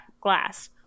glass